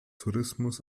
tourismus